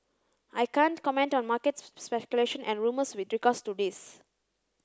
I can't comment on market speculation and rumours with regards to this